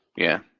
yeah,